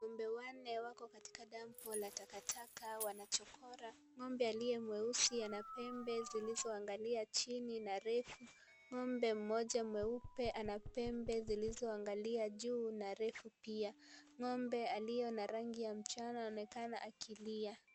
Ng'ombe wanne wako katika dampu la takataka wanachokora. Ng'ombe aliye mweusi ana pembe zilizoangalia chini na refu. Ng'ombe mmoja mweupe ana pembe zilizoangalia juu na refu pia. Ng'ombe aliye na rangi ya mchana anaonekana akilia.